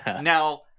Now